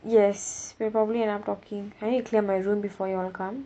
yes we'll probably end up talking I need to clear my room before you all come